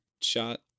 Shot